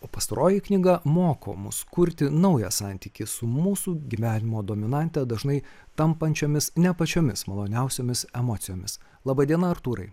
o pastaroji knyga moko mus kurti naują santykį su mūsų gyvenimo dominante dažnai tampančiomis ne pačiomis maloniausiomis emocijomis laba diena artūrai